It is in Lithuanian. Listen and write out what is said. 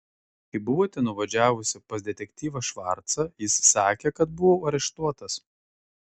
kai buvote nuvažiavusi pas detektyvą švarcą jis sakė kad buvau areštuotas